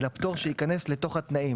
אלא פטור שייכנס לתוך התנאים.